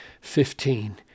fifteen